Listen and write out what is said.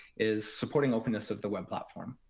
is supporting openness of the web platform.